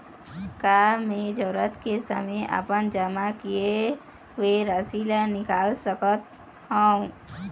का मैं जरूरत के समय अपन जमा किए हुए राशि ला निकाल सकत हव?